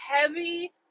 heavy